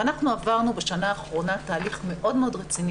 עברנו בשנה האחרונה תהליך מאוד רציני